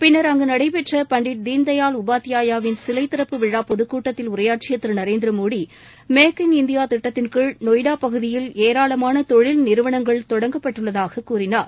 பின்னர் அங்கு நடைபெற்ற பண்டிட் தீன்தயாள் உபாத்யாயாவின் சிலை திறப்பு விழா பொதுக் கூட்டத்தில் உரையாற்றிய Thiru Narendra Modi make in India திட்டத்தின் கீழ் நொய்டா பகுதியில் ஏராளமான தொழில் நிறுவனங்கள் தொடங்கப்பட்டுள்ளதாகக் கூறினார்